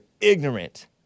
ignorant